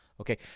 Okay